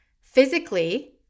physically